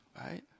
right